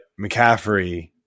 McCaffrey